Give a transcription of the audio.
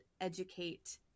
educate